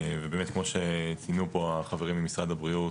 באמת כמו שציינו פה החברים ממשרד הבריאות,